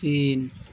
চীন